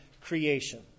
creation